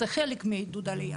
זה חלק מעידוד עלייה.